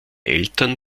eltern